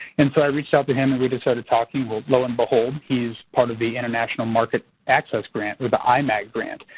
and so i reached out to him. and we just started talking. well lo and behold, he's part of the international market access grant or the imag grant.